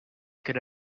could